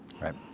Right